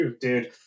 Dude